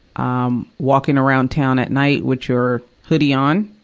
um walking around town at night with your hoodie on.